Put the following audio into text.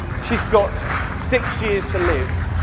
she's got six years to live